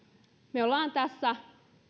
me olemme tässä